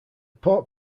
port